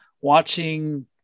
watching